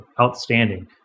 outstanding